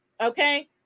okay